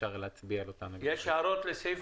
לסעיף